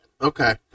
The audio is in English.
Okay